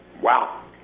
wow